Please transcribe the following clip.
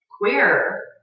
queer